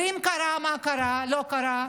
ואם קרה, מה קרה, לא קרה?